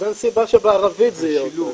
אז אין סיבה שבערבית זה יהיה ככה.